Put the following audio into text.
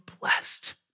blessed